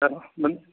അ men